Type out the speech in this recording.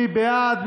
מי בעד?